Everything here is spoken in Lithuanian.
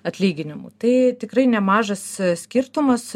atlyginimų tai tikrai nemažas skirtumas